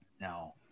Now